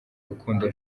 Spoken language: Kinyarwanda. rukundo